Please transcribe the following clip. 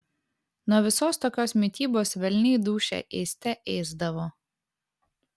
nuo visos tokios mitybos velniai dūšią ėste ėsdavo